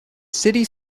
city